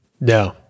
No